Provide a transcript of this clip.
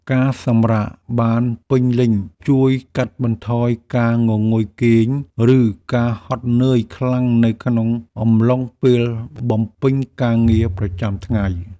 ការសម្រាកបានពេញលេញជួយកាត់បន្ថយការងងុយគេង ឬការហត់នឿយខ្លាំងនៅក្នុងអំឡុងពេលបំពេញការងារប្រចាំថ្ងៃ។